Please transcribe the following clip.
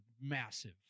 massive